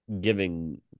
giving